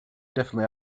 definitely